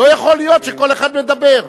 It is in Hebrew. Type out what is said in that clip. לא יכול להיות שכל אחד מדבר.